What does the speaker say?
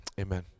amen